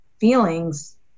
feelings